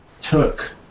took